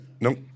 Nope